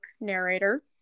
narrator